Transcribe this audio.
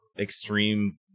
extreme